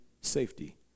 safety